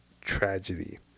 tragedy